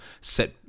set